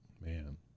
man